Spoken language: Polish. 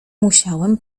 musiałem